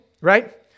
right